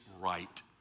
right